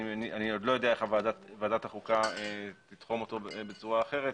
אני עוד לא יודע איך ועדת החוקה תתחום אותו בצורה אחרת,